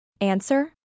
Answer